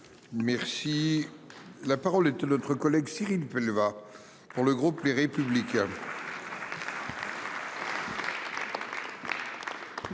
Merci la parole est à notre collègue Cyrille va pour le groupe Les Républicains.